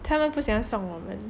他们不想送我们